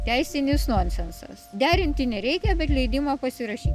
teisinis nonsensas derinti nereikia bet leidimą pasirašyt